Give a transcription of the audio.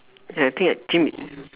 ya I think that gym